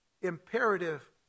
imperative